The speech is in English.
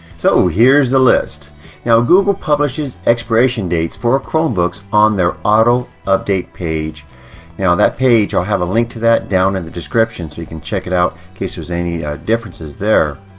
so here's the list now google publishes expiration dates for chromebook on their auto update page now that page i'll have a link to that down in the description so you can check it out in case there's any ah differences there